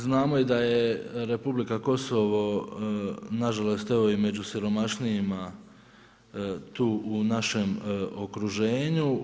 Znamo i da je Republika Kosovo, nažalost evo i među siromašnijima tu u našem okruženju.